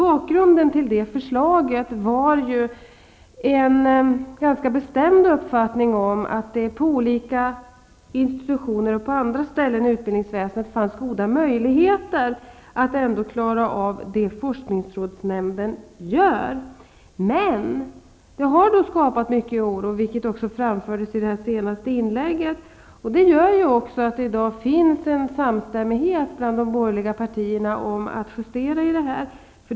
Bakgrunden till det förslaget var en ganska bestämd uppfattning om att det på olika institutioner och andra ställen i utbildningsväsendet fanns goda möjligheter att ändå klara av det forskningsrådsnämnden gör. Men förslaget har skapat mycket oro, vilket framfördes i det senaste inlägget. Det gör att det i dag finns en samstämmighet bland de borgerliga partierna att justera förslaget.